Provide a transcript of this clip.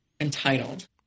entitled